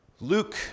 luke